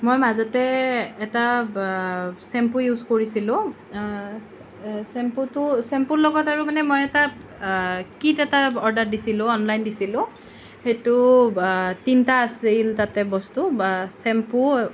মই মাজতে এটা চেম্পু ইউজ কৰিছিলোঁ চেম্পুটো চেম্পুৰ লগত আৰু মানে মই এটা কিট এটা অৰ্ডাৰ দিছিলোঁ অনলাইন দিছিলোঁ সেইটো তিনিটা আছিল তাতে বস্তু বা চেম্পু